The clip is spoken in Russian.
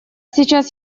сейчас